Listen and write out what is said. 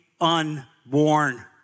unborn